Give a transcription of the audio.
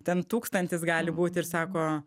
ten tūkstantis gali būt ir sako